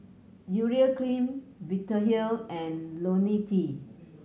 Urea Cream Vitahealth and Lonil T